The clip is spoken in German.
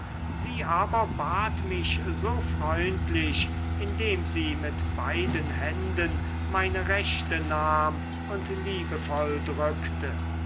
sie aber bat mich so freundlich indem sie mit beiden händen meine rechte nahm und liebevoll drückte